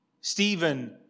Stephen